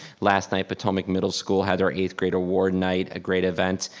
last night patomac middle school had their eighth grade award night, a great event,